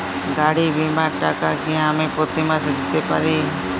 গাড়ী বীমার টাকা কি আমি প্রতি মাসে দিতে পারি?